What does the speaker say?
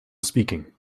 speaking